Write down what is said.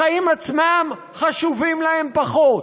החיים עצמם חשובים להם פחות,